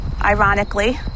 ironically